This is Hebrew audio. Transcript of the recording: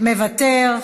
מוותר.